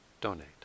donate